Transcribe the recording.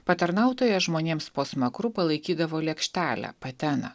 patarnautojas žmonėms po smakru palaikydavo lėkštelę pateną